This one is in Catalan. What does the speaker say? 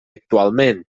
actualment